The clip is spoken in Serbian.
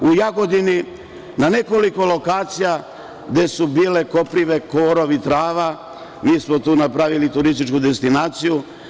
U Jagodini na nekoliko lokacija gde su bile koprive, korov i trava, mi smo tu napravili turističku destinaciju.